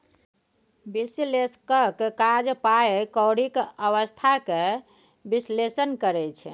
बिश्लेषकक काज पाइ कौरीक अबस्था केँ बिश्लेषण करब छै